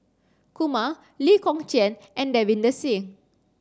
Kumar Lee Kong Chian and Davinder Singh